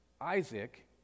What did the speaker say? Isaac